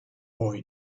boy